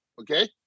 Okay